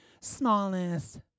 Smallness